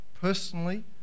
Personally